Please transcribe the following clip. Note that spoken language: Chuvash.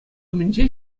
умӗнче